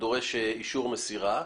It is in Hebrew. שדורש אישור מסירה,